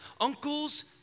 uncles